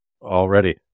already